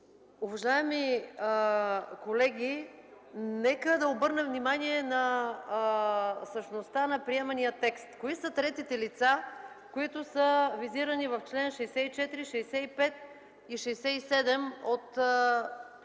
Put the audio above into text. Уважаеми колеги, нека да обърна внимание на същността на приемания текст. Кои са третите лица, които са визирани в чл. 64, 65 и 67 от този